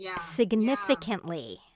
significantly